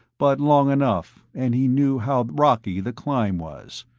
but long enough and he knew how rocky the climb was.